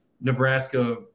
Nebraska